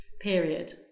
period